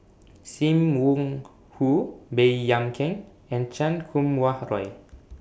SIM Wong Hoo Baey Yam Keng and Chan Kum Wah Roy